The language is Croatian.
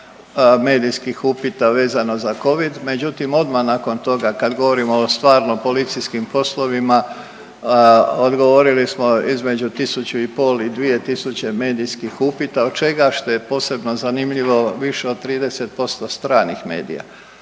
medijskih upita vezano za covid. Međutim, odmah nakon toga kad govorimo o stvarno policijskim poslovima odgovorili smo između tisuću i pol i 2000 medijskih upita od čega što je posebno zanimljivo više od 30% stranih medija.